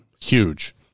huge